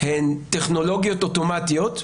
הן טכנולוגיות אוטומטיות,